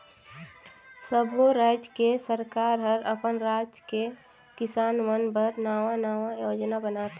सब्बो रायज के सरकार हर अपन राज के किसान मन बर नांवा नांवा योजना बनाथे